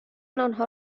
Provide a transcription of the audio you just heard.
آنها